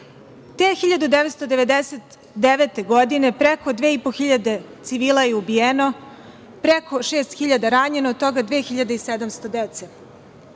1999. godine preko 2.500 civila je ubijeno, preko 6.000 ranjeno, a od toga 2.700 dece.